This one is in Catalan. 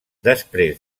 després